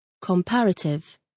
Comparative